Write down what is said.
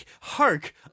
hark